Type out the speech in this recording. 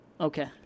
okay